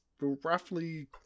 roughly